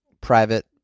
private